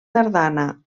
tardana